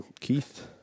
Keith